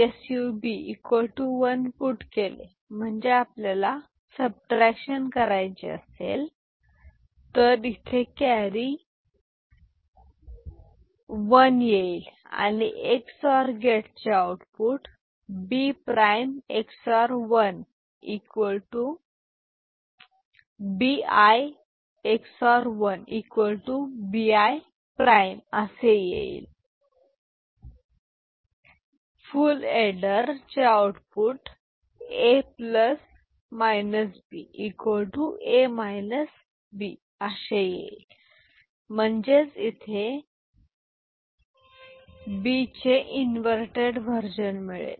output A A B याऐवजी आपण SUB 1 put केले तर म्हणजे आपल्याला सबट्रॅक्शन करायची असेल तर इथे कॅरी C 1 1 येईल आणि XOR गेट चे output Bi ⊕ 1 Bi' full adder चे आऊटपुट A A B म्हणजेच इथे B चे इंवर्टेड इंव्हर्जन मिळेल